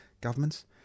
governments